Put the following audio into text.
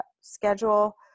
schedule